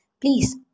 Please